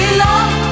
love